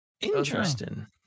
Interesting